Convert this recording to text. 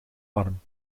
arm